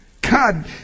God